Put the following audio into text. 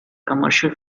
commercial